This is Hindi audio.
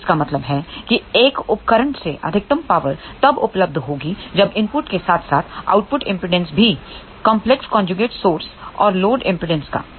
तो इसका मतलब है कि एक उपकरण से अधिकतम पावर तब उपलब्ध होगी जब इनपुट के साथ साथ आउटपुट एमपीडांस भी कंपलेक्स कन्ज्यूगेट सोर्स और लोड एमपी डांस का